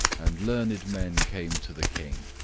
and learned men came to the king,